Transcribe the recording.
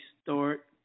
start